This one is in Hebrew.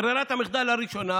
ברירת המחדל הראשונה,